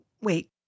wait